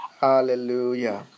Hallelujah